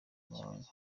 ruhango